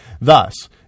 Thus